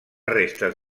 restes